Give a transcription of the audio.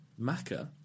maca